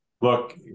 look